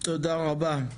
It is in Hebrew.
תודה רבה.